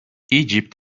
egypt